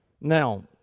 Now